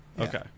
Okay